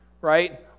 right